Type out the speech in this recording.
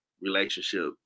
relationship